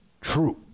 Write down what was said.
true